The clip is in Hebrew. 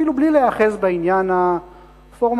אפילו בלי להיאחז בעניין הפורמליסטי,